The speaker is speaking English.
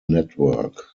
network